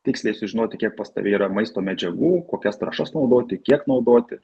tiksliai sužinoti kiek pastoviai yra maisto medžiagų kokias trąšas naudoti kiek naudoti